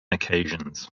occasions